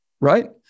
right